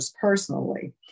personally